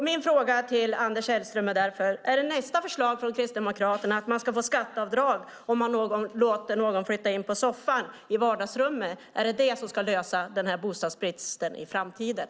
Min fråga till Anders Sellström är därför: Är nästa förslag från Kristdemokraterna att man ska få skatteavdrag om man låter någon flytta in på soffan i vardagsrummet? Ska det lösa bostadsbristen i framtiden?